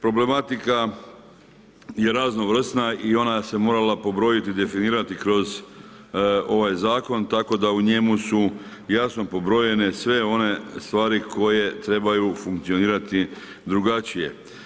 Problematika je raznovrsna i ona se morala pobrojiti, definirati kroz ovaj Zakon, tako da u njemu su jasno pobrojene sve one stari koje trebaju funkcionirati drugačije.